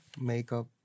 makeup